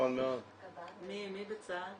מי בצה"ל?